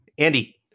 Andy